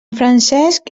francesc